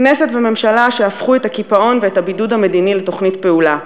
כנסת וממשלה שהפכו את הקיפאון ואת הבידוד המדיני לתוכנית פעולה,